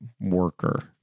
worker